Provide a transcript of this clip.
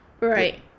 Right